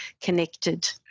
connected